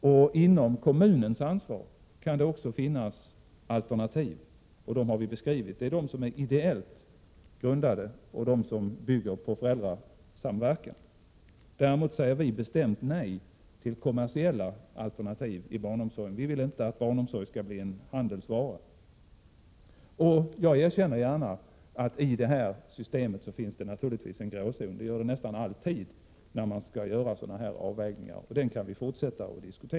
Inom ramen för kommunens ansvar kan det också finnas alternativ, och dem har vi beskrivit; det är de som är ideellt grundade och de som bygger på föräldrasamverkan. Däremot säger vi bestämt nej till kommersiella alternativ i barnomsorgen. Vi vill inte att barnomsorgen skall bli en handelsvara. Jag erkänner gärna att det i det systemet naturligtvis finns en gråzon — det gör det nästan alltid när man skall göra sådana avvägningar — och den kan vi fortsätta att diskutera.